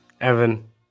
Evan